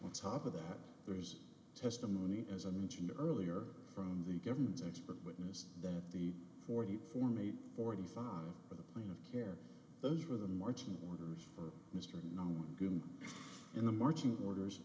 on top of that there's testimony as i mentioned earlier from the government's expert witness that the forty four maybe forty five of the playing of care those were the marching orders for mr unknown in the marching orders